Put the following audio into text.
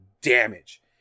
damage